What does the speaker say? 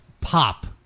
pop